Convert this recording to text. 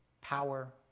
power